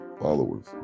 followers